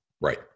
Right